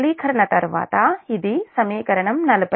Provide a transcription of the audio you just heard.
సరళీకరణ తరువాత ఇది సమీకరణం 47